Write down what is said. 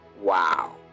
Wow